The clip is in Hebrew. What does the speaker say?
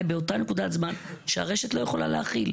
באותה נקודת זמן שהרשת לא יכולה להכיל.